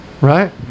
right